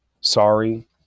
sorry